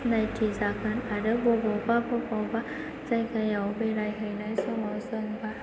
सिनायथि जागोन आरो बबेबा बबेबा जायगायाव बेराय हैनाय समाव जों